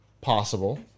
possible